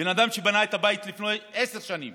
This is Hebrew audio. בן אדם שבנה את הבית לפני עשר שנים